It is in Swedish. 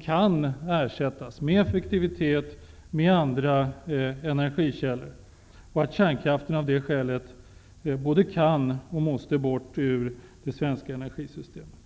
kan ersättas med andra effektiva energikällor. Kärnkraften både kan och måste bort från det svenska energisystemet.